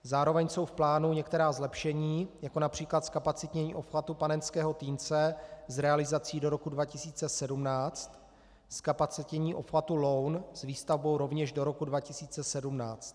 Zároveň jsou v plánu některá zlepšení, jako například zkapacitnění obchvatu Panenského Týnce s realizací do roku 2017, zkapacitnění obchvatu Loun s výstavbou rovněž do roku 2017.